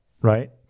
right